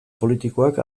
politikoak